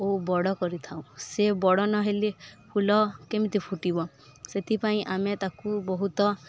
ଓ ବଡ଼ କରିଥାଉ ସେ ବଡ଼ ନ ହେଲେ ଫୁଲ କେମିତି ଫୁଟିବ ସେଥିପାଇଁ ଆମେ ତାକୁ ବହୁତ